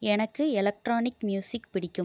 எனக்கு electronic music பிடிக்கும்